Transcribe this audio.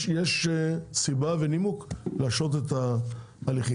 יש סיבה ונימוק להשהות את ההליכים.